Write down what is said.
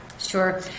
Sure